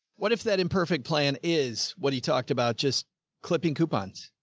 what if that imperfect plan is what he talked about? just clipping coupons.